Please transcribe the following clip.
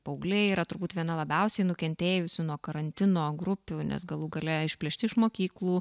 paaugliai yra turbūt viena labiausiai nukentėjusių nuo karantino grupių nes galų gale išplėšti iš mokyklų